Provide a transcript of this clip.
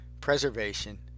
preservation